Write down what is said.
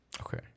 Okay